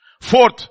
Fourth